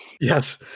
yes